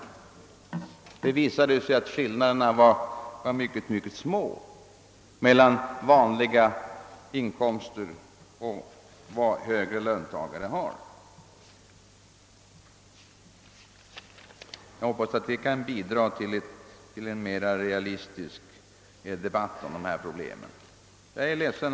Det fram går av beräkningen att skillnaderna är mycket mycket små mellan vanliga inkomster och vad högre löntagare har. Jag hoppas att detta kan bidra till en mera realistisk debatt om dessa problem. Herr talman!